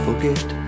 Forget